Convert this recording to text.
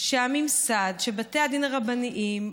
שהממסד, שבתי הדין הרבניים,